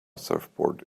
surfboard